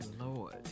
Lord